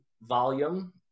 volume